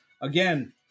Again